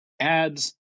ads